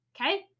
okay